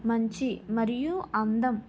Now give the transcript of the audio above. మంచి మరియు అందం